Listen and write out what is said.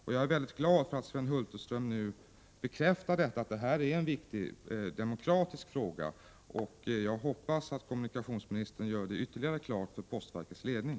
Jag är därför mycket glad över att Sven Hulterström nu bekräftar att detta är en viktig demokratisk fråga, och jag hoppas kommunikationsministern gör detta ytterligare klart för postverkets ledning.